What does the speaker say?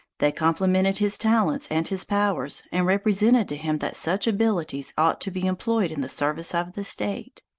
they complimented his talents and his powers, and represented to him that such abilities ought to be employed in the service of the state.